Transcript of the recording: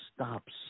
stops